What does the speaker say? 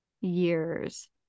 years